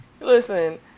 listen